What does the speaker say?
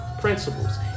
principles